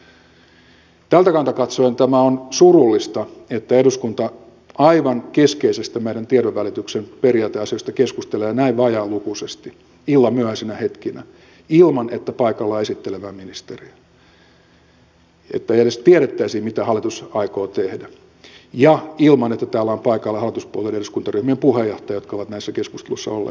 tältä kannalta katsoen tämä on surullista että eduskunta aivan meidän tiedonvälityksen keskeisistä periaateasioista keskustelee näin vajaalukuisesti illan myöhäisinä hetkinä ilman että paikalla on esittelevää ministeriä että edes tiedettäisiin mitä hallitus aikoo tehdä ja ilman että täällä ovat paikalla hallituspuolueiden eduskuntaryhmien puheenjohtajat jotka ovat näissä keskusteluissa olleet mukana